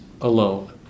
alone